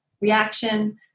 reaction